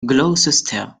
gloucester